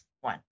one